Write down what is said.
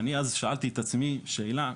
ואני אז שאלתי את עצמי שאלה,